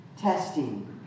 testing